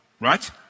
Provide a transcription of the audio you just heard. right